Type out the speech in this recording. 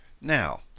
Now